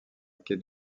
quête